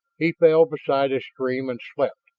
he fell beside a stream and slept.